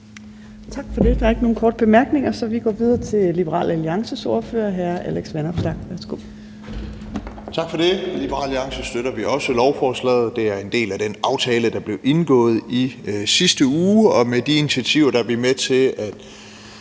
Tak for det. Der er ikke nogen korte bemærkninger. Så vi går videre til Liberal Alliances ordfører, hr. Alex Vanopslagh. Værsgo. Kl. 13:13 (Ordfører) Alex Vanopslagh (LA): Tak for det. I Liberal Alliance støtter vi også lovforslaget. Det er en del af den aftale, der blev indgået i sidste uge, og med de initiativer er vi med til at